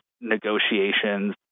negotiations